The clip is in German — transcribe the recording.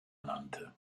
nannte